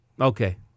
Okay